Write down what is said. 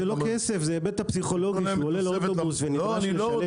זה לא כסף זה ההיבט הפסיכולוגי שהוא עולה לאוטובוס ונדרש לשלם.